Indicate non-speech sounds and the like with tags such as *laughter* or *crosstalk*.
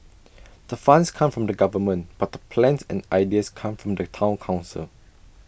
*noise* the funds come from the government but the plans and ideas come from the Town Council